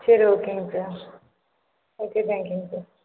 சரி ஓகேங்க sir okay தேங்க்யூங்க சார்